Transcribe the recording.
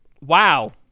Wow